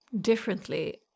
Differently